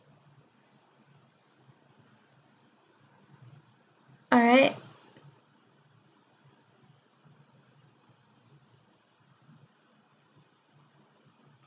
alright